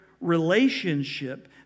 relationship